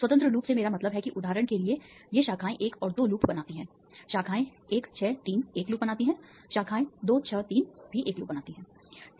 स्वतंत्र लूप से मेरा मतलब है कि उदाहरण के लिए ये शाखाएं 1 और 2 एक लूप बनाती हैं शाखाएँ 1 6 3 एक लूप बनाती हैं शाखाएं 2 6 3 भी एक लूप बनाती हैं